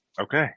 Okay